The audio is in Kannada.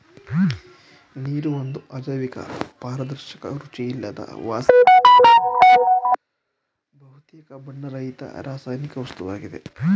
ನೀರು ಒಂದು ಅಜೈವಿಕ ಪಾರದರ್ಶಕ ರುಚಿಯಿಲ್ಲದ ವಾಸನೆಯಿಲ್ಲದ ಮತ್ತು ಬಹುತೇಕ ಬಣ್ಣರಹಿತ ರಾಸಾಯನಿಕ ವಸ್ತುವಾಗಿದೆ